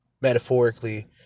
metaphorically